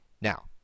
Now